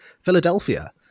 Philadelphia